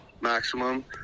maximum